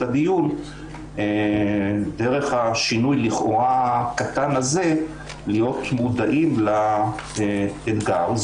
הדיון דרך השינוי לכאורה הקטן הזה להיות מודעים לאתגר.